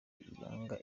yanga